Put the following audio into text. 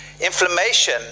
Inflammation